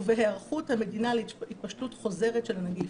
ובהיערכות המדינה להתפשטות חוזרת של הנגיף.